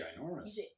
ginormous